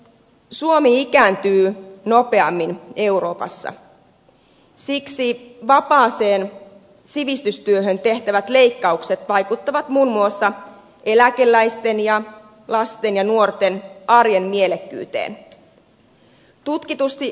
suomi ikääntyy nopeimmin euroopassa siksi vapaaseen sivistystyöhön tehtävät leikkaukset vaikuttavat muun muassa eläkeläisten lasten ja nuorten arjen mielekkyyteen